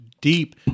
deep